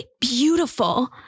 beautiful